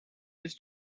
his